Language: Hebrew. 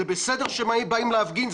זה בסדר שבאים להפגין,